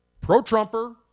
pro-Trumper